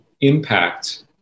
impact